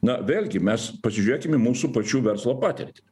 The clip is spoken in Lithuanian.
na vėlgi mes pasižiūrėkim į mūsų pačių verslo patirtį